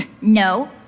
No